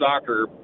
soccer